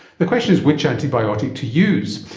the question is which antibiotic to use.